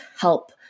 help